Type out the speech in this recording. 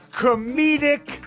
comedic